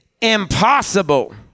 impossible